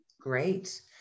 great